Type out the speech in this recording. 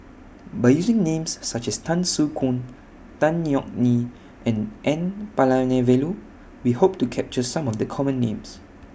By using Names such as Tan Soo Khoon Tan Yeok Nee and N Palanivelu We Hope to capture Some of The Common Names